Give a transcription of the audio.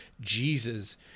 Jesus